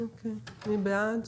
מי בעד?